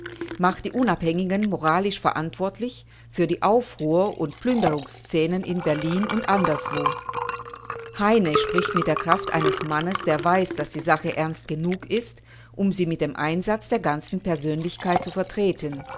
macht die unabhängigen moralisch verantwortlich für die aufruhr u plünderungsszenen in berlin u anderswo heine spricht mit der kraft eines mannes der weiß daß die sache ernst genug ist um sie mit dem einsatz der ganzen persönlichkeit zu vertreten